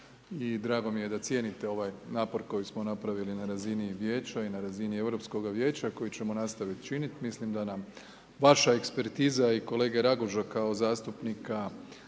i drago mi je da cijenite ovaj napor koji smo napravili na razini vijeća i na razini Europskoga vijeća koji ćemo nastaviti činiti. Mislim da nam vaša ekspertiza i kolege Raguža kao zastupnika Hrvata